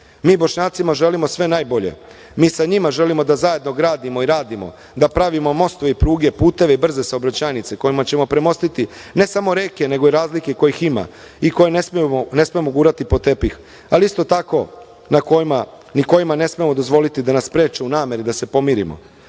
Mi Bošnjacima želimo sve najbolje. Mi sa njima želimo da zajedno gradimo i radimo, da pravimo mostove, pruge, puteve i brze saobraćajnice kojima ćemo premostiti ne samo reke, nego i razlike kojih ima i koje ne smemo gurati pod tepih, ali isto tako kojima ne smemo dozvoliti da nas spreče u nameri da se pomirimo.